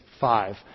five